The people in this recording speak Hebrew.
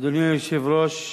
אדוני היושב-ראש,